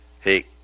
hey